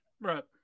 Right